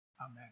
Amen